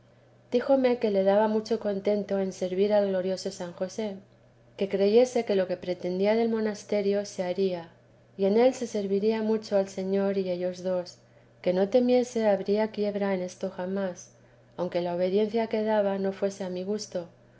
díjome que le daba mucho contento en servir al glorioso san josé que creyese que lo que pretendía del monasterio se haría y en él se serviría mucho al señor y ellos dos que no temiese habría quiebra en ésta jamás aunque la obediencia que daba no fuese a mi gusto